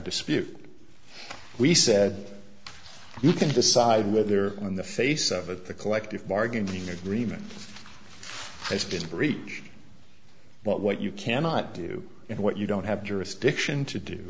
dispute we said you can decide whether in the face of it the collective bargaining agreement has been breached but what you cannot do and what you don't have jurisdiction to do